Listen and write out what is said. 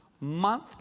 Month